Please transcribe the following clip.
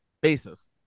basis